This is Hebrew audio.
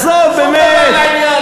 עזוב, באמת.